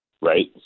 right